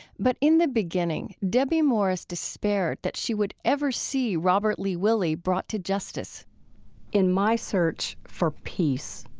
but in the beginning, debbie morris despaired that she would ever see robert lee willie brought to justice in my search for peace,